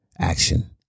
action